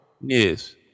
Yes